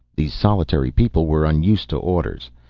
these solitary people were unused to orders.